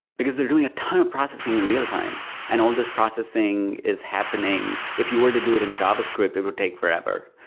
because they're doing a ton of processing in real-time, and all processing is happening. if you were to do it in javascript, it would take forever.